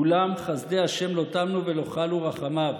אולם 'חסדי השם לא תמנו כי לא כלו רחמיו'.